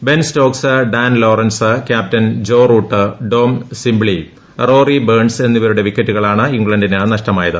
Ben Stokes Dan Lawrence captain Joe Root Dom Sibley Rory Burns എന്നിവരുടെ വിക്കറ്റുകളാണ് ഇംഗ്ലണ്ടിന് നഷ്ടമായത്